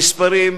המספרים,